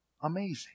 amazing